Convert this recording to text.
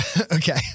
Okay